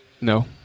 No